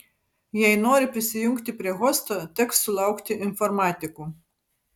jei nori prisijungti prie hosto teks sulaukti informatikų